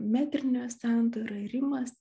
metrinė sandara rimas